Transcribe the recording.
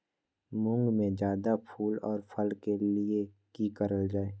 मुंग में जायदा फूल और फल के लिए की करल जाय?